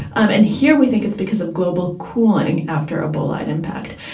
um and here we think it's because of global cooling after a bolide impact.